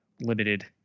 limited